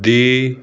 ਦੀ